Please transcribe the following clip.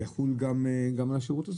יחול גם על השירות הזה?